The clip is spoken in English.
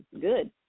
good